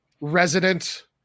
resident